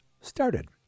started